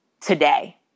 today